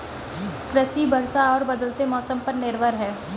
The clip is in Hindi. कृषि वर्षा और बदलते मौसम पर निर्भर है